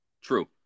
True